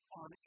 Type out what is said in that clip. on